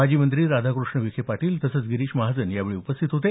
माजी मंत्री राधाकृष्ण विखे पाटील तसंच गिरीश महाजन यावेळी उपस्थित होते